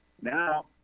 Now